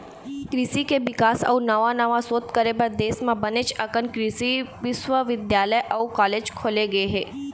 कृषि के बिकास अउ नवा नवा सोध करे बर देश म बनेच अकन कृषि बिस्वबिद्यालय अउ कॉलेज खोले गे हे